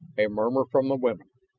a murmur from the women.